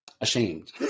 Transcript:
ashamed